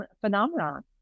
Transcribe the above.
phenomenon